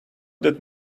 that